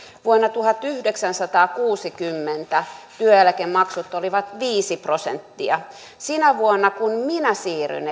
vuonna tuhatyhdeksänsataakuusikymmentä työeläkemaksut olivat viisi prosenttia esimerkiksi sinä vuonna kun minä siirryin